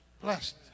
blessed